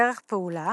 דרך פעולה